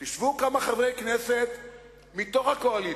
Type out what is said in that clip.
תשבו כמה חברי כנסת מתוך הקואליציה,